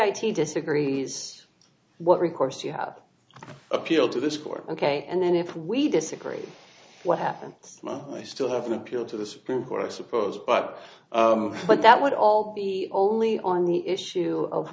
i t disagrees what recourse you have appealed to the score ok and then if we disagree what happens i still have an appeal to the supreme court i suppose but but that would all be only on the issue of